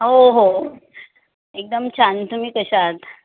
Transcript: हो हो एकदम छान तुम्ही कशा आहात